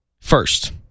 First